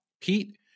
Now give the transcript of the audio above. Pete